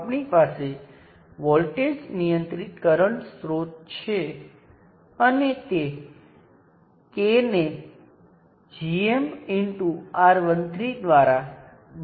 આ 5 વોલ્ટ છે પરંતુ અહીં 4 કિલો Ω રેઝિસ્ટરને બદલે હું 4 વોલ્ટનાં સ્ત્રોતને જોડું છું